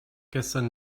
gestern